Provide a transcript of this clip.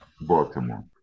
Baltimore